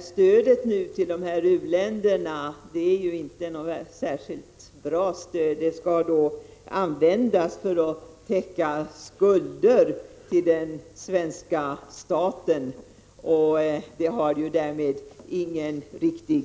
Stödet till dessa u-länder är inte något särskilt bra stöd. Det skall användas för att betala skulder till den svenska staten, och det har därmed ingen riktig